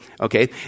okay